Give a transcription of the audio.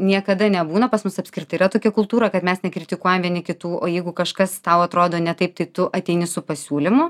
niekada nebūna pas mus apskritai yra tokia kultūra kad mes nekritikuojam vieni kitų o jeigu kažkas tau atrodo ne taip tai tu ateini su pasiūlymu